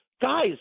Guys